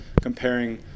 comparing